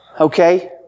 Okay